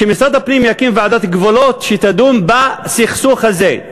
שמשרד הפנים יקים ועדת גבולות שתדון בסכסוך הזה.